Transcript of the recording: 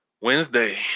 Wednesday